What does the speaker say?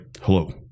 hello